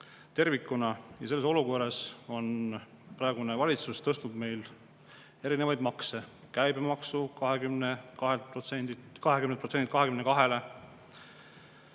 tervikuna. Ja selles olukorras on praegune valitsus tõstnud erinevaid makse: käibemaksu 20%‑lt 22%-le,